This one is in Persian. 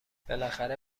بالاخره